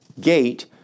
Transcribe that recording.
gate